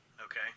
okay